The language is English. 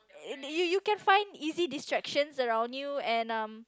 you you can find easy distractions around you and um